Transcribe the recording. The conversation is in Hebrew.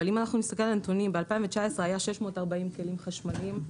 אבל אם אנחנו נסתכל על הנתונים: ב-2019 היו 640 כלים חשמליים,